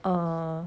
err